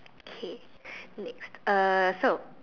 okay next uh so